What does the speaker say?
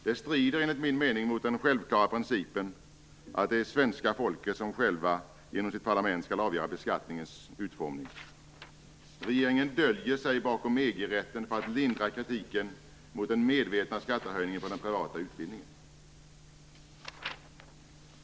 Det strider enligt min mening mot den självklara principen att det är svenska folket som själva genom sitt parlament skall avgöra beskattningens utformning. Regeringen döljer sig bakom EG-rätten för att lindra kritiken mot den medvetna skattehöjningen på den privata utbildningen.